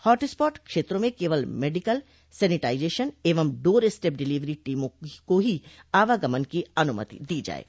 hot spot क्षेत्रों में केवल मेडिकल सेनिटाइजेशन एवं डोर स्टेप डिलीवरी टीमों को ही आवागमन की अनुमति दी जाये